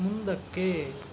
ಮುಂದಕ್ಕೆ